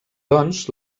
doncs